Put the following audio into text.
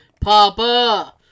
Papa